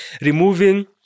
removing